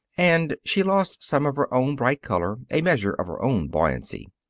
and she lost some of her own bright color, a measure of her own buoyancy.